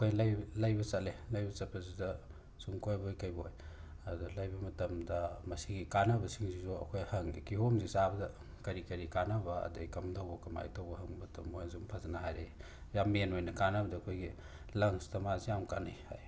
ꯑꯩꯈꯣꯏ ꯂꯩꯕ ꯂꯩꯕ ꯆꯠꯂꯦ ꯂꯩꯕ ꯆꯠꯄꯁꯤꯗ ꯁꯨꯝ ꯀꯣꯏꯕꯣꯏ ꯀꯩꯕꯣꯏ ꯑꯗꯣ ꯂꯩꯕ ꯃꯇꯝꯗ ꯃꯁꯤꯒꯤ ꯀꯥꯟꯅꯕꯁꯤꯡꯁꯤꯁꯨ ꯑꯩꯈꯣꯏ ꯍꯪꯉꯤ ꯀꯤꯍꯣꯝꯁꯤ ꯆꯥꯕꯗ ꯀꯔꯤ ꯀꯔꯤ ꯀꯥꯟꯅꯕ ꯑꯗꯩ ꯀꯝꯗꯧꯕ ꯀꯃꯥꯏ ꯇꯧꯕ ꯍꯪꯕ ꯃꯇꯝ ꯃꯣꯏꯅꯁꯨ ꯐꯖꯅ ꯍꯥꯏꯔꯛꯏ ꯌꯥꯝ ꯃꯦꯟ ꯑꯣꯏꯅ ꯀꯥꯟꯅꯕꯗ ꯑꯩꯈꯣꯏꯒꯤ ꯂꯪꯁꯇ ꯃꯥꯁꯦ ꯌꯥꯝ ꯀꯥꯅꯩ ꯍꯥꯏ